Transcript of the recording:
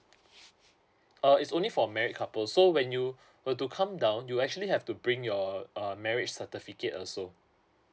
uh it's only for married couples so when you were to come down you actually have to bring your uh marriage certificate also